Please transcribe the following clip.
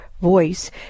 voice